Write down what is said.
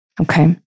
okay